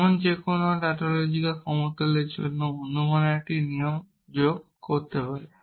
এমন যেকোনো টাউটোলজিক্যাল সমতুলতার জন্য অনুমানের একটি নিয়ম যোগ করতে পারেন